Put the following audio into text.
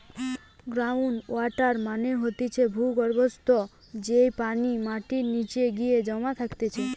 ground water মানে হতিছে ভূর্গভস্ত, যেই পানি মাটির নিচে গিয়ে জমা থাকতিছে